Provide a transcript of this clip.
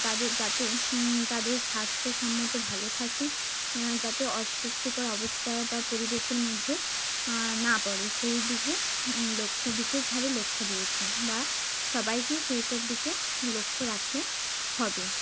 তাদের যাতে তাদের স্বাস্থসম্মত ভালো থাকে যাতে অস্বস্তিকর অবস্তার বা পরিবেশের মধ্যে না পড়ে সেই দিকে লক্ষ্য বিশেষভাবে লক্ষ্য দিয়েছি বা সবাইকে সেই সব দিকে লক্ষ্য রাখতে হবে